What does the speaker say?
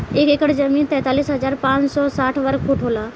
एक एकड़ जमीन तैंतालीस हजार पांच सौ साठ वर्ग फुट होला